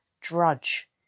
drudge